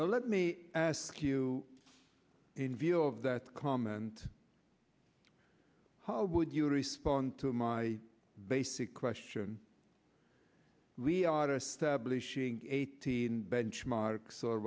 well let me ask you in view of that comment how would you respond to my basic question we are establishing eighteen benchmarks or